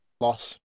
Loss